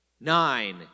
nine